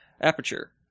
Aperture